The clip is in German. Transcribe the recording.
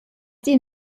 die